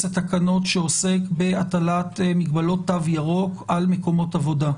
התקנות שעוסק בהטלת מגבלות תו ירוק על מקומות עבודה,